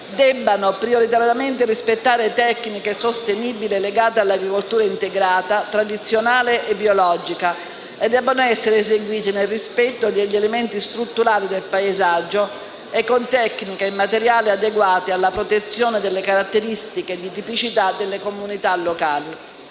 debbano prioritariamente rispettare tecniche sostenibili legate all'agricoltura integrata, tradizionale e biologica e debbano essere eseguiti nel rispetto degli elementi strutturali del paesaggio e con tecniche e materiali adeguati alla protezione delle caratteristiche di tipicità delle comunità locali.